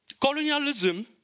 Colonialism